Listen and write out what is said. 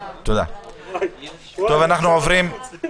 אני נועל את הישיבה.